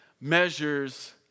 measures